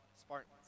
Spartans